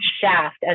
shaft